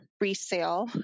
Resale